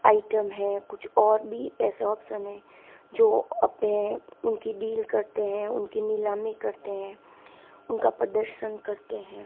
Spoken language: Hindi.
आइटम है कुछ और भी ऐसे ऑप्शन है जो अपने उनकी डील करते हैं उनकी नीलामी करते हैं उनका प्रदर्शन करते हैं